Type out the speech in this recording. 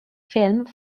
filmed